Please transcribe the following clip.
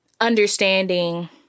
understanding